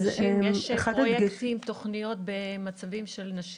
האם יש פרויקטים ותכניות לנשים במצבים כאלה?